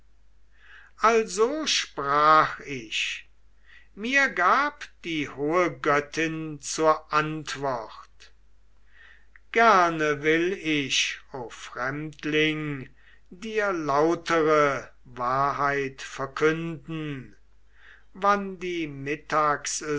also sprach ich mir gab die hohe göttin zur antwort gerne will ich o fremdling dir lautere wahrheit verkünden wann die